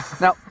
Now